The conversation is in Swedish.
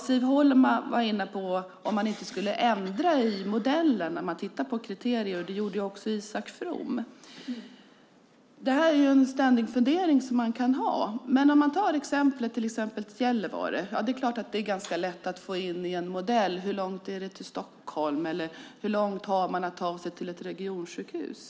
Siv Holma var inne på om man inte skulle kunna ändra i modellen när man tittar på kriterier, och det nämnde också Isak From. Det är en ständig fundering som man kan ha. Vi kan ta trafiken till Gällivare som exempel. Det är ganska lätt att få in i en modell hur långt det är till Stockholm eller hur långt det är till ett regionsjukhus.